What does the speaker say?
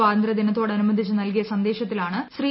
സ്വാതന്ത്യദിനത്തോടനുബന്ധിച്ച് നൽകിയ സന്ദേശത്തിലാണ് ശ്രീ